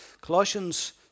Colossians